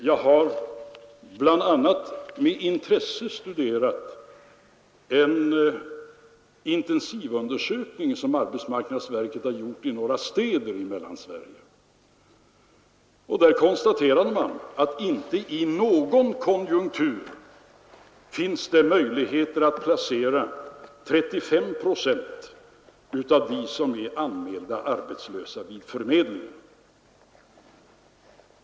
Jag har med intresse studerat bl.a. den intensivundersökning som arbetsmarknadsstyrelsen har gjort i några städer i Mellansverige. Där konstaterar man att det inte i någon konjunktur finns möjligheter att placera 35 procent av dem som är anmälda arbetslösa vid förmedlingen.